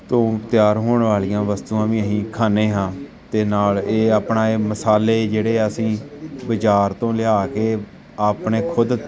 ਤੋਂ ਤਿਆਰ ਹੋਣ ਵਾਲੀਆਂ ਵਸਤੂਆਂ ਵੀ ਅਸੀਂ ਖਾਂਦੇ ਹਾਂ ਅਤੇ ਨਾਲ ਇਹ ਆਪਣਾ ਇਹ ਮਸਾਲੇ ਜਿਹੜੇ ਅਸੀਂ ਬਾਜ਼ਾਰ ਤੋਂ ਲਿਆ ਕੇ ਆਪਣੇ ਖੁਦ